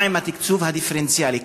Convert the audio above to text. מה עם התקצוב הדיפרנציאלי?